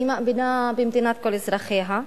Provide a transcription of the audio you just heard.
אני מאמינה במדינת כל אזרחיה,